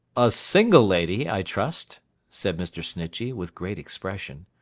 a single lady, i trust said mr. snitchey, with great expression.